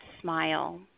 smile